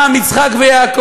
המשך לאברהם, יצחק ויעקב.